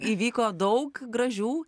įvyko daug gražių